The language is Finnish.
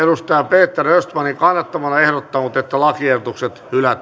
peter östmanin kannattamana ehdottanut että lakiehdotukset